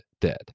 dead